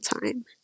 time